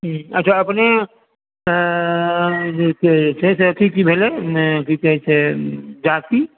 अच्छा अपने जे छै अथी की भेलै की कहै छै जाति